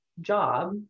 job